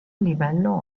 livello